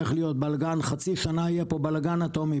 אני לא השתכנעתי שעניין הפטם באינטגרציות,